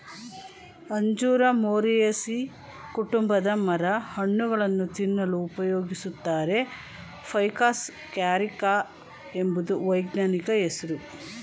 ಅಂಜೂರ ಮೊರೇಸೀ ಕುಟುಂಬದ ಮರ ಹಣ್ಣುಗಳನ್ನು ತಿನ್ನಲು ಉಪಯೋಗಿಸುತ್ತಾರೆ ಫೈಕಸ್ ಕ್ಯಾರಿಕ ಎಂಬುದು ವೈಜ್ಞಾನಿಕ ಹೆಸ್ರು